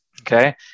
Okay